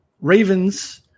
Ravens